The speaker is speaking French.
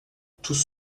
tous